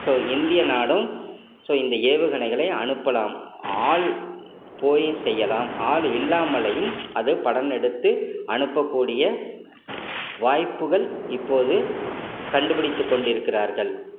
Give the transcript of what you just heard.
so இந்திய நாடும் so இந்த ஏவுகணைகளை அனுப்பலாம் ஆள் போயும் செய்யலாம் ஆள் இல்லாமலேயும் அது படம் எடுத்து அனுப்பக்கூடிய வாய்ப்புகள் இப்போது கண்டுபிடித்துக் கொண்டிருக்கிறார்கள்